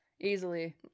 easily